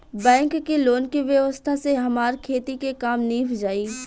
bank के loan के व्यवस्था से हमार खेती के काम नीभ जाई